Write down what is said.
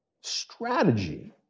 strategy